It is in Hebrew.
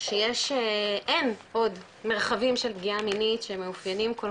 שאין עוד מרחבים של פגיעה מינית שמאופיינים כל